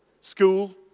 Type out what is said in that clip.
school